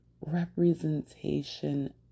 Representation